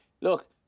look